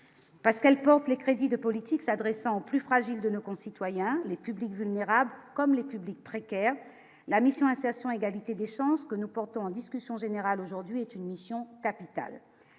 parce qu'elle porte les crédits de politique, s'adressant aux plus fragiles de nos concitoyens, les publics vulnérables comme les publics précaires la mission, insertion, égalité des chances que nous portons en discussion générale aujourd'hui est une mission capitale